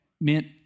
meant